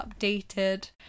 updated